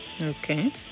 Okay